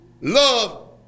Love